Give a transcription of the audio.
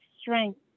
strength